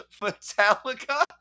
Metallica